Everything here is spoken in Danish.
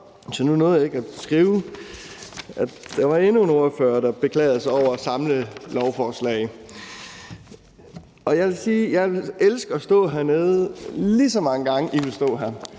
så nu nåede jeg ikke at skrive, at der var endnu en ordfører, der beklagede sig over samlelovforslag. Og jeg vil sige, at jeg ville elske at stå hernede, lige så mange gange I vil stå her.